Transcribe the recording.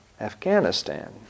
Afghanistan